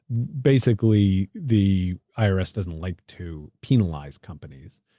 basically the ah irs doesn't like to penalize companies.